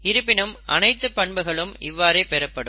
இருப்பினும் அனைத்து பண்புகளும் இவ்வாறே பெறப்படும்